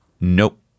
Nope